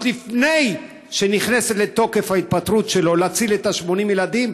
לפני שנכנסת לתוקף ההתפטרות שלו להציל את 80 הילדים,